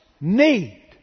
need